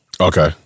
Okay